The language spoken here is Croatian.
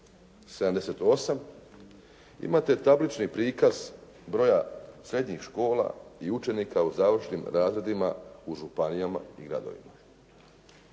78 imate tablični prikaz broja srednjih škola i učenika u završnim razredima u županijama i gradovima.